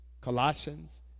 Colossians